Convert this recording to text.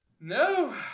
No